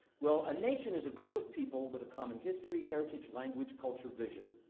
well, a nation is a group of people with a common history, heritage, language, culture, vision.